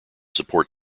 support